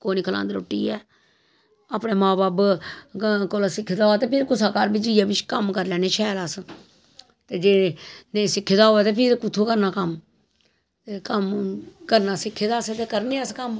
ओह् निं खलांदे रुट्टी ऐ अपने मां बब्ब कोला सिक्खे दा होऐ ते फिर कुसै दै घर जाइयै बी किश कम्म करी लैन्ने शैल अस ते जे नेईं सिक्खे दा होऐ ते फिर कुत्थुं करना कम्म ते कम्म करना सिक्खे दा असें ते करने अस कम्म